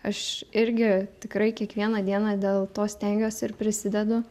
aš irgi tikrai kiekvieną dieną dėl to stengiuosi ir prisidedu